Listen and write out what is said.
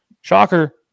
Shocker